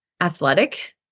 athletic